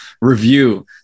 review